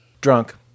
Drunk